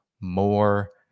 more